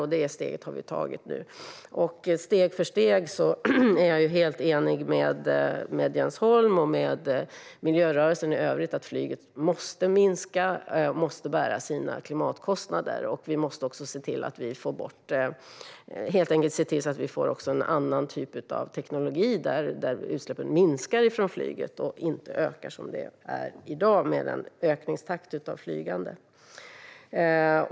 Och det steget har vi tagit nu. Jag är helt enig med Jens Holm och miljörörelsen i övrigt om att flyget steg för steg måste minska och bära sina klimatkostnader. Vi måste också se till att helt enkelt få en annan typ av teknologi så att utsläppen från flyget minskar och inte ökar i samma takt som i dag.